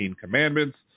commandments